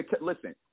Listen